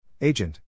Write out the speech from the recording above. Agent